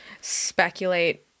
speculate